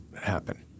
happen